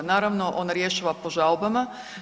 Naravno on rješava po žalbama.